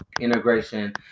integration